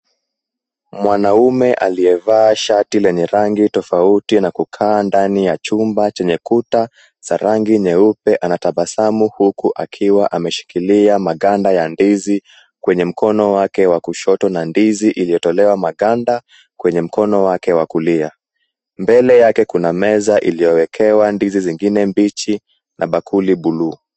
Mwanaume aliyevaa shati lenye rangi tofauti na kukaa ndani ya chumba chenye kuta za rangi nyeupe anatabasamu huku akiwa ameshikilia maganda ya ndizi kwenye mkono wake wa kushoto na ndizi iliyotolewa maganda kwenye mkono wake wa kulia. Mbele yake kuna meza iliyowekewa ndizi zingine mbichi na bakuli buluu.